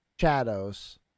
shadows